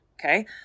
okay